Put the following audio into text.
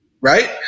Right